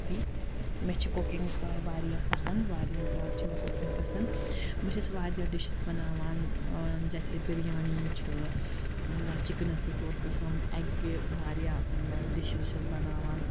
hobby مےٚ چھِ cooking واریاہ پَسنٛد واریاہ زیادٕ چھِ مےٚ کُکِنٛگ پَسَنٛد بہٕ چھَس واریاہ ڈِشِز بَناوان جیسے بِریانی چھِ یا چِکَنَس تہٕ ژور قٕسٕم ایٚگ کہِ واریاہ ڈِشِز چھَس بَناوان